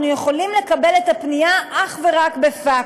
יכולים לקבל את הפנייה אך ורק בפקס.